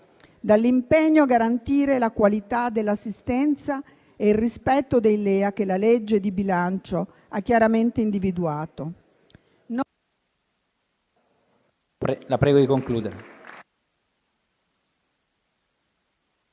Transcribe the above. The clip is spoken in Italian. dall'impegno a garantire la qualità dell'assistenza e il rispetto dei LEA che la legge di bilancio ha chiaramente individuato.